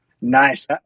Nice